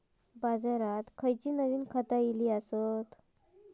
बाजारात खयली नवीन खता इली हत?